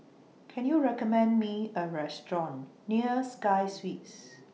Can YOU recommend Me A Restaurant near Sky Suites